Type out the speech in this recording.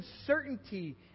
uncertainty